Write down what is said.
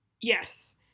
Yes